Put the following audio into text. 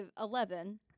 Eleven